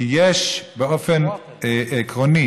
כי יש באופן עקרוני